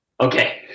Okay